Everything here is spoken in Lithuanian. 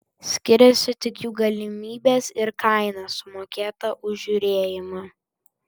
skiriasi tik jų galimybės ir kaina sumokėta už žiūrėjimą